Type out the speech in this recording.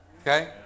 Okay